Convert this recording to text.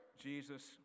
Jesus